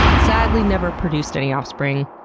sadly never produced any offspring.